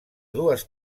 dues